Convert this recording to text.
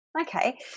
Okay